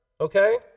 Okay